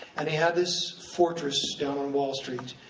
and he had this fortress down on wall street.